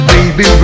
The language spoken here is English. Baby